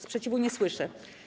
Sprzeciwu nie słyszę.